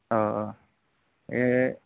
अ ए